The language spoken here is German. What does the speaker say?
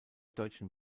deutschen